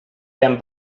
them